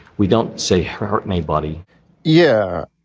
we don't say hurt anybody yeah.